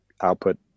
output